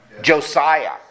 Josiah